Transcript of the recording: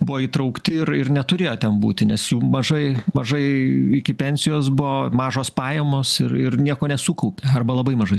buvo įtraukti ir ir neturėjo ten būti nes jų mažai mažai iki pensijos buvo mažos pajamos ir ir nieko nesukaupė arba labai mažai